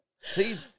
See